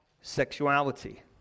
sexuality